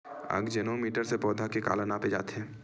आकजेनो मीटर से पौधा के काला नापे जाथे?